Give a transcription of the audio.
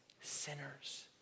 sinners